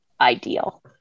ideal